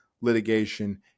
litigation